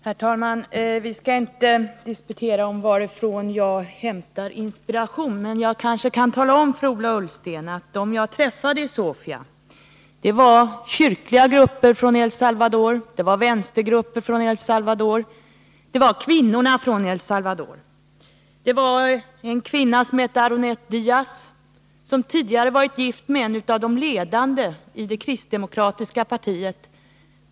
Herr talman! Vi skall inte disputera om varifrån jag hämtar inspiration. Men jag kan kanske tala om för Ola Ullsten att de människor jag träffade i Sofia var kyrkliga representanter från El Salvador, vänstergrupper från El Salvador, kvinnor från El Salvador. Bland dem var en kvinna som hette Aronnette Diaz och som tidigare varit gift med en av de ledande i det kristdemokratiska partiet.